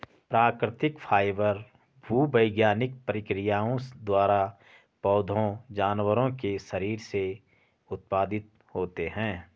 प्राकृतिक फाइबर भूवैज्ञानिक प्रक्रियाओं द्वारा पौधों जानवरों के शरीर से उत्पादित होते हैं